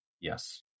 Yes